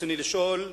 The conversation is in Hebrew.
רצוני לשאול: